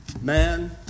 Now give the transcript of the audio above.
man